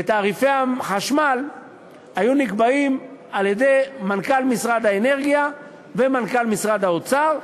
ותעריפי החשמל היו נקבעים על-ידי מנכ"ל משרד האנרגיה ומנכ"ל משרד האוצר,